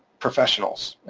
professionals,